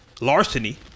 Larceny